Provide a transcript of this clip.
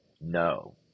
no